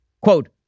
Quote